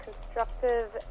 constructive